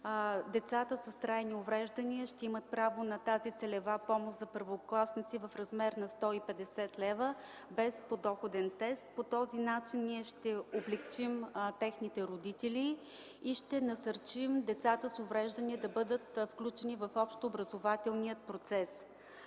децата с трайни увреждания ще имат право на тази целева помощ за първокласници в размер на 150 лв. без подоходен тест. По този начин ще облекчим родителите им и ще насърчим децата с увреждания да бъдат включени в общообразователния процес.